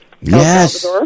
Yes